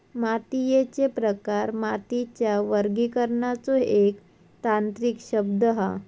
मातीयेचे प्रकार मातीच्या वर्गीकरणाचो एक तांत्रिक शब्द हा